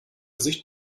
sicht